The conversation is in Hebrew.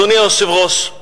אדוני היושב-ראש,